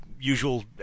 usual